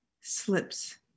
slips